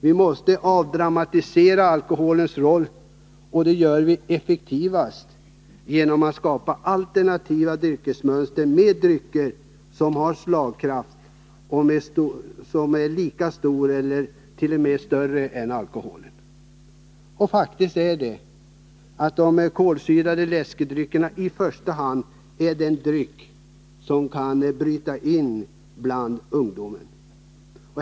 Vi måste avdramatisera alkoholens roll, och det gör vi effektivast genom att skapa alternativa dryckesmönster med drycker som har en slagkraft som är lika stor som eller större än alkoholens. Och faktum är att de kolsyrade läskedryckerna är de drycker som i första hand kan bryta in bland ungdomen.